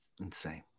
Insane